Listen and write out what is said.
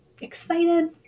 excited